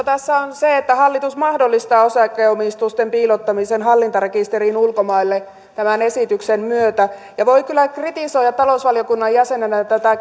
tässä on se että hallitus mahdollistaa osakeomistusten piilottamisen hallintarekisteriin ulkomaille tämän esityksen myötä ja voin kyllä kritisoida talousvaliokunnan jäsenenä tätä